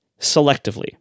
selectively